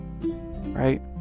right